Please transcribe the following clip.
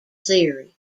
series